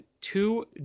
two